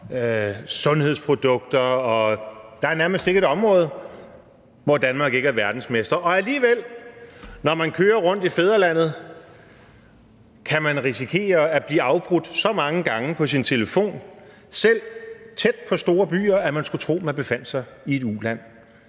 sundhedsprodukter, og der er nærmest ikke et område, hvor Danmark ikke er verdensmester. Og alligevel, når man kører rundt i fædrelandet, kan man risikere at blive afbrudt så mange gange på sin telefon, selv tæt på store byer, at man skulle tro, man befandt sig i et uland.